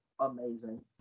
amazing